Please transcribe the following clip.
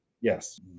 Yes